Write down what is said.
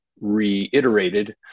reiterated